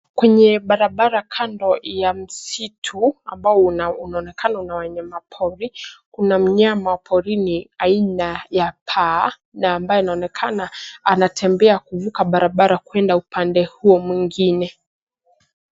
Kwenye barabara kando ya msitu ambao unaonekana una wanyamapori, kuna mnyama wa porini aina ya paa, na ambaye anaonekana anatembea kuvuka barabara kuenda upande huo mwingine.